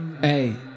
Hey